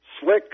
Slick